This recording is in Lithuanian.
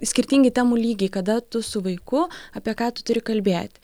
skirtingi temų lygiai kada tu su vaiku apie ką tu turi kalbėti